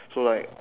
so like